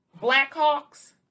Blackhawks